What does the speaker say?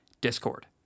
Discord